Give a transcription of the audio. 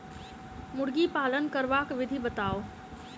मुर्गी पालन करबाक विधि बताऊ?